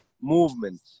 movement